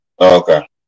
Okay